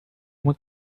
uma